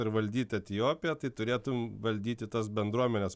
ar valdyti etiopiją tai turėtum valdyti tas bendruomenes